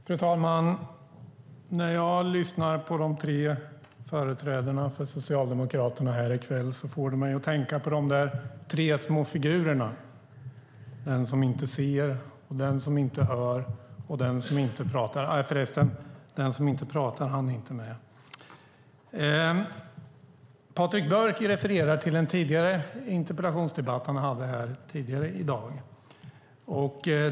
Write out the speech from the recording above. Fru talman! När jag lyssnar på de tre företrädarna för Socialdemokraterna här i kväll kommer jag att tänka på de tre små figurerna - den som inte ser, den som inte hör och den som inte pratar. Nej, för resten den som inte pratar är inte med. Patrik Björck refererar till en interpellationsdebatt som han hade tidigare i dag.